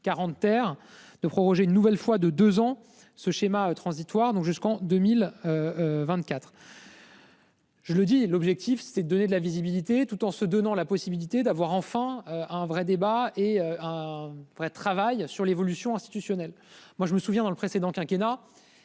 40 terre de proroger une nouvelle fois de 2 ans. Ce schéma transitoire donc jusqu'en 2024.-- Je le dis, l'objectif c'est donner de la visibilité tout en se donnant la possibilité d'avoir enfin un vrai débat et un vrai travail sur l'évolution institutionnelle moi je me souviens dans le précédent quinquennat